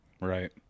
right